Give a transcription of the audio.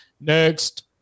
next